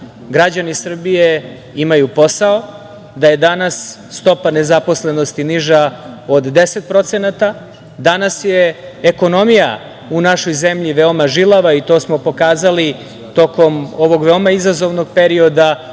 građani Srbije imaju posao, da je danas stopa nezaposlenosti niža od 10%. Danas je ekonomija u našoj zemlji veoma žilava, i to smo pokazali tokom ovog veoma izazovnog perioda